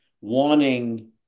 wanting